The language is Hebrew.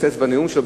מקצץ בנאום שלו,